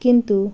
কিন্তু